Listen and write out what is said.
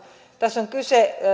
tässä on kyse